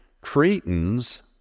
Cretans